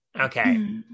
okay